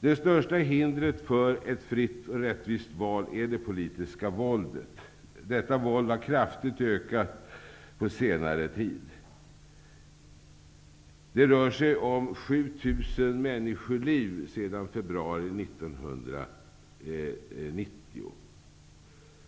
Det största hindret för ett fritt och rättvist val är det politiska våldet. Detta våld har kraftigt ökat på senare tid. Det rör sig om 7 000 människoliv sedan februari 1990.